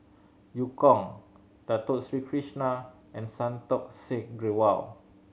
Eu Kong Dato Sri Krishna and Santokh Singh Grewal